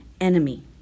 enemy